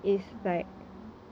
err